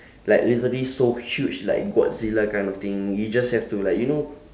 like literally so huge like godzilla kind of thing you just have to like you know